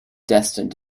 destined